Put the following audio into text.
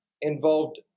involved